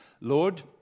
Lord